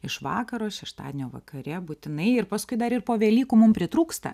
iš vakaro šeštadienio vakare būtinai ir paskui dar ir po velykų mum pritrūksta